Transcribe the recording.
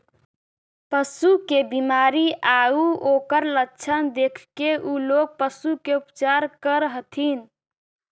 पशु के बीमारी आउ ओकर लक्षण देखके उ लोग पशु के उपचार करऽ हथिन